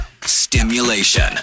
stimulation